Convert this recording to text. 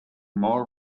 more